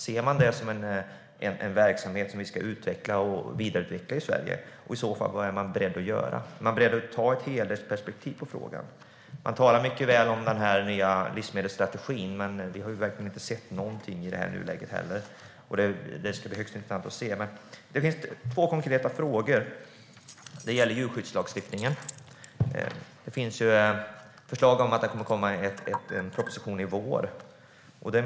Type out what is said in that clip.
Ser man det som en verksamhet som vi ska vidareutveckla i Sverige? Vad är man i så fall beredd att göra? Är man beredd att ta ett helhetsperspektiv på frågan? Man talar väl om den nya livsmedelsstrategin. Men vi har verkligen inte sett något i nuläget, och det ska bli högst intressant att se. Jag har två konkreta frågor. Den ena gäller djurskyddslagstiftningen. Det finns uppgifter om att det kommer en proposition i vår.